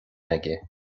aige